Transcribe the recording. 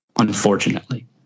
unfortunately